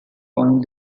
point